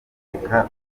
duturika